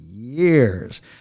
Years